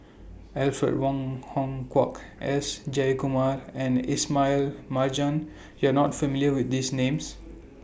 Alfred Wong Hong Kwok S Jayakumar and Ismail Marjan YOU Are not familiar with These Names